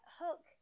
hook